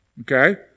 Okay